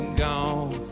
gone